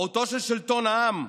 מהותו של שלטון העם,